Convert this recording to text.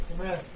Amen